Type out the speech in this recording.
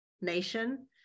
nation